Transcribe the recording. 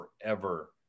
forever